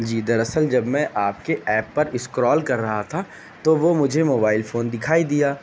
جی در اصل جب میں آپ کے ایپ پر اسکرول کر رہا تھا تو وہ مجھے موبائل فون دکھائی دیا